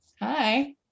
Hi